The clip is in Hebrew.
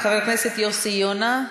חבר הכנסת יוסי יונה,